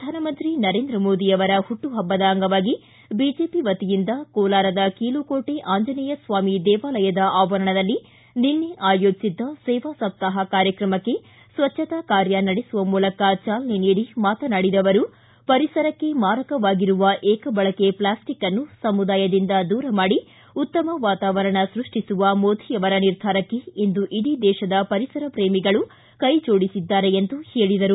ಪ್ರಧಾನಮಂತ್ರಿ ನರೇಂದ್ರ ಮೋದಿಯವರ ಹುಟ್ಟುಹಬ್ಬದ ಅಂಗವಾಗಿ ಬಿಜೆಪಿ ವತಿಯಿಂದ ಕೋಲಾರದ ಕೀಲುಕೋಟೆ ಆಂಜನೇಯಸ್ವಾಮಿ ದೇವಾಲಯದ ಆವರಣದಲ್ಲಿ ನಿನ್ನೆ ಆಯೋಜಿಸಿದ್ದ ಸೇವಾಸಪ್ತಾಪ ಕಾರ್ಯಕ್ರಮಕ್ಕೆ ಸ್ವಚ್ಛತಾ ಕಾರ್ಯ ನಡೆಸುವ ಮೂಲಕ ಚಾಲನೆ ನೀಡಿ ಮಾತನಾಡಿದ ಅವರು ಪರಿಸರಕ್ಕೆ ಮಾರಕವಾಗಿರುವ ಏಕಬಳಕೆ ಪ್ಲಾಸ್ಟಿಕ್ನ್ನು ಸಮುದಾಯದಿಂದ ದೂರ ಮಾಡಿ ಉತ್ತಮ ವಾತಾವರಣ ಸೃಷ್ಟಿಸುವ ಮೋದಿಯವರ ನಿರ್ಧಾರಕ್ಕೆ ಇಂದು ಇಡೀ ದೇಶದ ಪರಿಸರ ಪ್ರೇಮಿಗಳು ಕೈಜೋಡಿಸಿದ್ದಾರೆ ಎಂದರು